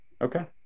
okay